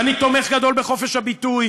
ואני תומך גדול בחופש הביטוי